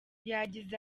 yagize